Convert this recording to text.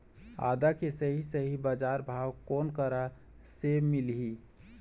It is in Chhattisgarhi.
आदा के सही सही बजार भाव कोन करा से मिलही?